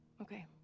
Okay